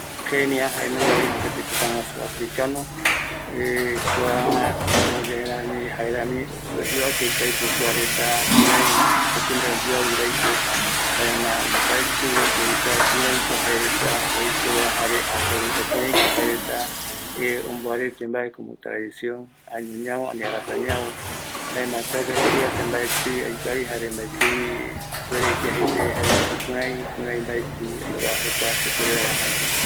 Kenia pegua reta kuaretako jae jetayae kuareta igrupo irundɨpa atɨ grupo ndipo guɨnoi reta etnia jaema jaereta jaeko masai jei supeva, mboromboete guɨnoi reta jare musika tradicional jaereta oyuvangavi jare jaereta guɨravi mboromboete opaete mbae mbae reta jaereta jekovarupino